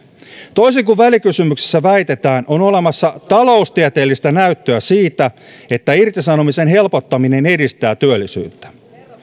toisin kuin välikysymyksessä väitetään on olemassa taloustieteellistä näyttöä siitä että irtisanomisen helpottaminen edistää työllisyyttä